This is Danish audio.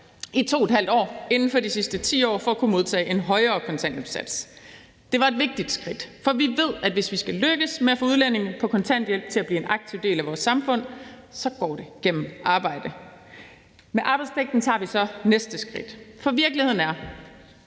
arbejdet i 2½ år inden for de sidste 10 år for at kunne modtage en højere kontanthjælpssats. Det var et vigtigt skridt, for vi ved, at hvis vi skal lykkes med at få udlændinge på kontanthjælp til at blive en aktiv del af vores samfund, går det gennem arbejde. Med arbejdspligten tager vi så næste skridt. For virkeligheden er,